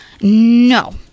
No